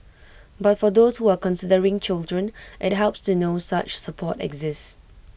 but for those who are considering children IT helps to know such support exists